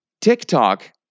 TikTok